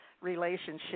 relationship